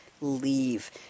leave